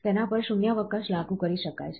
તેના પર શૂન્યાવકાશ લાગુ કરી શકાય છે